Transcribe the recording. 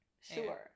sure